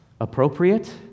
appropriate